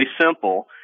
simple